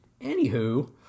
anywho